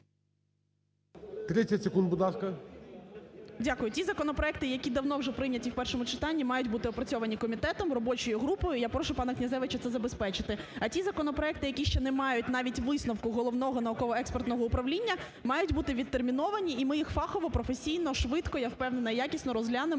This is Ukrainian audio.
30 секунд, будь ласка. ШКРУМ А.І. Дякую. Ті законопроекти, які давно вже прийняті в першому читанні, мають бути опрацьовані комітетом, робочою групою, я прошу пана Князевича це забезпечити. А ті законопроекти, які ще не мають навіть висновку Головного науково-експертне управління, мають бути відтерміновані, і ми їх фахово, професійно, швидко, я впевнена, якісно розглянемо